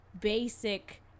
basic